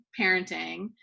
parenting